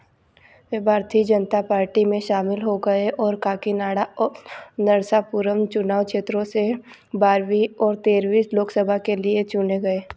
वह भारतीय जनता पार्टी में शामिल हो गए और काकीनाड़ा और नरसापुरम चुनाव क्षेत्रों से बारहवीं और तेरहवीं लोकसभा के लिए चुने गए